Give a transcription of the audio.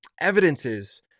evidences